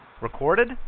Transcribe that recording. Recorded